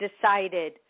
decided